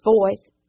voice